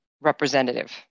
representative